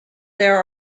there